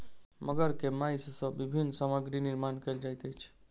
मगर के मौस सॅ विभिन्न सामग्री निर्माण कयल जाइत अछि